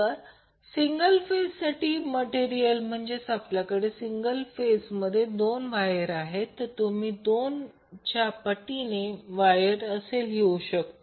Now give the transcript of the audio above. तर सिंगल फेजसाठी मटेरियल म्हणजे आपल्याकडे सिंगल फेज मध्ये दोन वायर आहेत तर तुम्ही दोन पटीने वायर असे लिहू शकता